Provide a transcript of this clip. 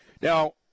Now